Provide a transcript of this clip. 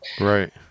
right